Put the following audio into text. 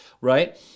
right